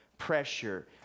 Pressure